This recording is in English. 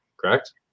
Correct